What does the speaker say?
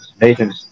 Nathan